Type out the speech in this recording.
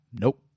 Nope